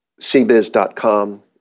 cbiz.com